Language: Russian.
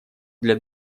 для